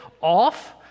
off